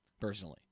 personally